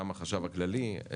גם החשב הכללי,